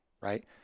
Right